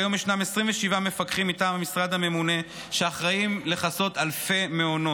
כיום ישנם 27 מפקחים מטעם המשרד הממונה שאחראים לכסות אלפי מעונות,